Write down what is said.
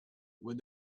when